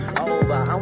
over